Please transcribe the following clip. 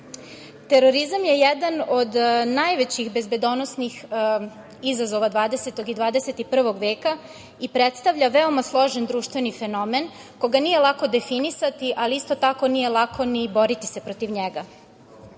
sporazumu. Terorizam je jedan od najvećih bezbedonosnih izazova 20. i 21. veka i predstavlja veoma složen društveni fenomen koga nije lako definisati, ali isto tako nije lako ni boriti se protiv njega.